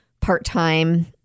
part-time